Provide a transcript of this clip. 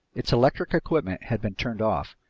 its electric equipment had been turned off,